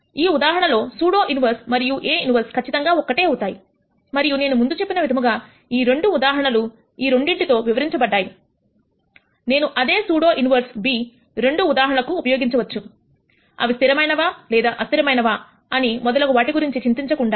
ఈ ఉదాహరణలో pseudo inverse మరియుA ఇన్వెర్స్ ఖచ్చితంగా ఒక్కటే అవుతాయి మరియు నేను ముందు చెప్పిన విధముగా ఈ రెండు ఉదాహరణలు ఈ రెండింటితో వివరించబడ్డాయి నేను అదే సూడో ఇన్వెర్స్ b రెండు ఉదాహరణకు కూడా ఉపయోగించవచ్చు అవి స్థిరమైనవా లేదా అస్థిరమైనవా అని మొదలగు వాటి గురించి చింతించ కుండా